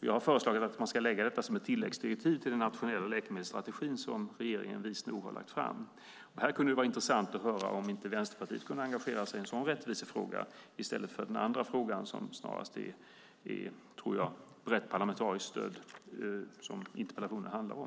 Jag har föreslagit att man ska lägga detta som ett tilläggsdirektiv till den nationella läkemedelsstrategin, som regeringen vist nog har lagt fram. Här skulle det vara intressant att höra om inte Vänsterpartiet skulle kunna engagera sig i en sådan rättvisefråga i stället för i den andra frågan, som jag tror snarast har ett brett parlamentariskt stöd, som interpellationen handlar om.